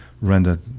render